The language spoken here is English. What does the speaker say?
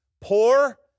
poor